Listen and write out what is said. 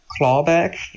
clawback